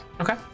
Okay